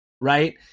Right